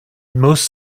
most